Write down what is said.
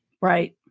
Right